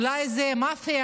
אולי זה מאפיה?